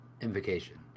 invocation